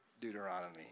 Deuteronomy